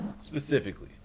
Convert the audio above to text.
specifically